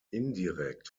indirekt